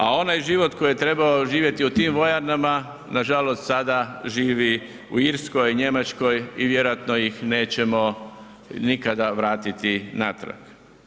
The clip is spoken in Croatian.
A onaj život koji je trebao živjeti u tim vojarnama, nažalost sada živi u Irskoj, Njemačkoj i vjerojatno ih nećemo nikada vratiti natrag.